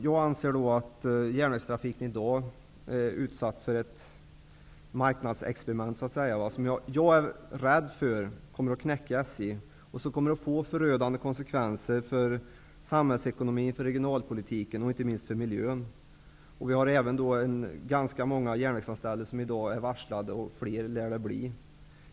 Jag anser att järnvägstrafiken i dag är utsatt för ett marknadsexperiment som jag är rädd för kommer att knäcka SJ. Det kommer att få förödande konsekvenser för samhällsekonomin, för regionalpolitiken och inte minst för miljön. Det finns även ganska många järnvägsanställda som i dag är varslade, och fler lär det bli.